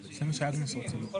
זה.".